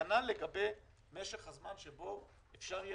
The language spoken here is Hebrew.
כנ"ל לגבי משך הזמן שבו אפשר יהיה